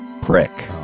Prick